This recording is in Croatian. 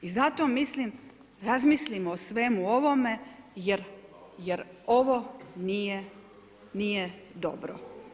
I zato mislim, razmislimo o svemu ovome jer ovo nije dobro.